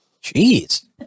Jeez